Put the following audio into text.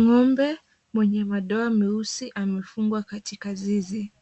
Ng'ombe mwenye madoa meusi amefungwa katika zizi.